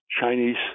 Chinese